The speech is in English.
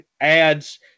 ads